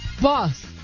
Boss